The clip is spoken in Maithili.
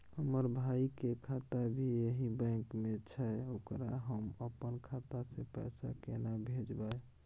हमर भाई के खाता भी यही बैंक में छै ओकरा हम अपन खाता से पैसा केना भेजबै?